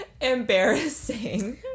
embarrassing